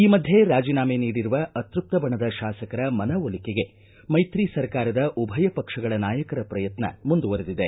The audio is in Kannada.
ಈ ಮಧ್ಯೆ ರಾಜಿನಾಮೆ ನೀಡಿರುವ ಅತೃಪ್ತ ಬಣದ ತಾಸಕರ ಮನವೊಲಿಕೆಗೆ ಮೈತ್ರಿ ಸರ್ಕಾರದ ಉಭಯ ಪಕ್ಷಗಳ ನಾಯಕರ ಪ್ರಯತ್ನ ಮುಂದುವರೆದಿದೆ